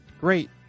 Great